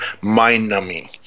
mind-numbing